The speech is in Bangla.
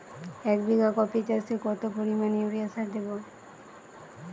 এক বিঘা কপি চাষে কত পরিমাণ ইউরিয়া সার দেবো?